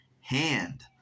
hand